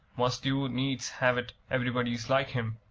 must you needs have it everybody's like him,